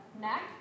neck